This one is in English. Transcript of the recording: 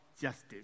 justice